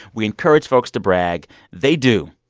we encourage folks to brag. they do.